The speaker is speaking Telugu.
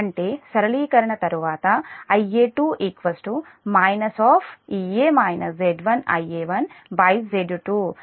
అంటే సరళీకరణ తర్వాత Ia2 ఇది సమీకరణం 37